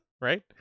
right